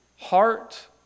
heart